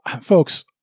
Folks